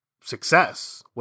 success